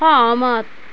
সহমত